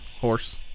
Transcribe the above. horse